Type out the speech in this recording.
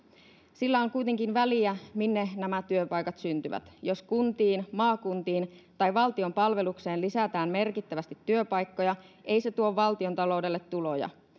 sillä on kuitenkin väliä minne nämä työpaikat syntyvät jos kuntiin maakuntiin tai valtion palvelukseen lisätään merkittävästi työpaikkoja ei se tuo valtiontaloudelle tuloja